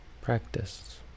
practice